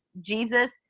Jesus